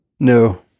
No